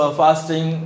fasting